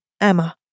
Emma